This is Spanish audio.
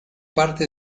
parte